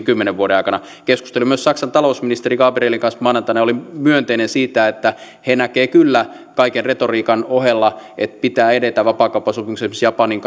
kymmenen vuoden aikana keskustelin myös saksan talousministerin gabrielin kanssa maanantaina ja hän oli myönteinen siitä että he näkevät kyllä kaiken retoriikan ohella että pitää edetä vapaakauppasopimuksessa esimerkiksi japanin